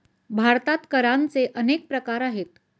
भारतात करांचे अनेक प्रकार आहेत